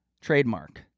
trademark